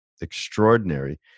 extraordinary